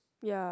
ya